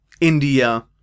India